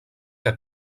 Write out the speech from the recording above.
que